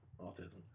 Autism